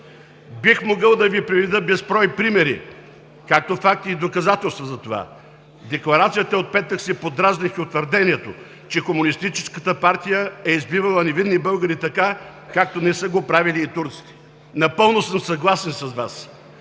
Бих могъл да Ви приведа безброй примери, както и факти, и доказателства за това. В декларацията от петък се подразних и от твърдението, че Комунистическата партия е избивала невинни българи, както не са го правили и турците. Напълно съм съгласен с Вас!